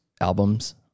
albums